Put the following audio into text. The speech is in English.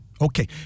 Okay